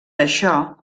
això